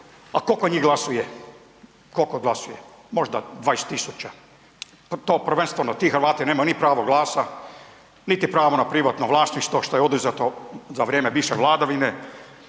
a koliko njih glasuje, koliko glasuje? Možda 20 000. To prvenstvo ti Hrvati nema ni pravo glasa niti pravo na privatno vlasništvo što je oduzeto za vrijeme bivše vladavine.